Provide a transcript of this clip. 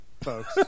folks